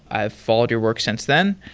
i followed your work since then.